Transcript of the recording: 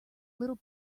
little